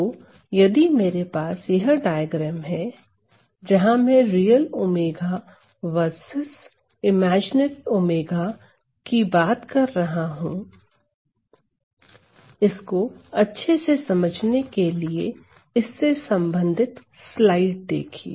तो यदि मेरे पास यह डायग्राम है जहां मैं real omega versus imaginary omega की बात कर रहा हूं इसको अच्छे से समझने के लिए इससे संबंधित स्लाइड देखिए